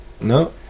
No